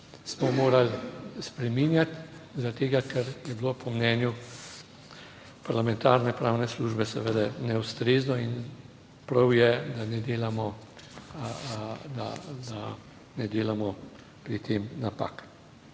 smo morali spreminjati zaradi tega, ker je bilo po mnenju parlamentarne pravne službe, seveda, neustrezno in prav je, da ne delamo pri tem napak.